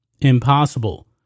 Impossible